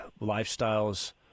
Lifestyles